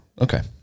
Okay